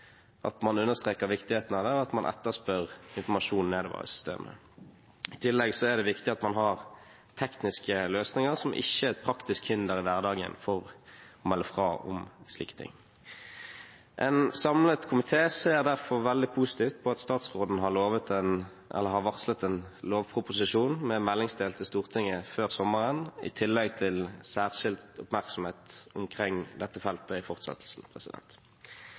at man understreker viktigheten av det, og at man etterspør informasjon nedover i systemet. I tillegg er det viktig at man har tekniske løsninger som ikke er et praktisk hinder i hverdagen for å melde fra om slike ting. En samlet komité ser derfor veldig positivt på at statsråden har varslet en lovproposisjon med meldingsdel til Stortinget før sommeren, i tillegg til særskilt oppmerksomhet omkring dette feltet i fortsettelsen.